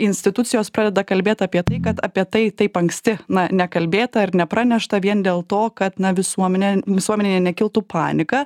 institucijos pradeda kalbėt apie tai kad apie tai taip anksti na nekalbėta ir nepranešta vien dėl to kad na visuomenė visuomenėje nekiltų panika